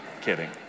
kidding